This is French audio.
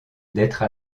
d’être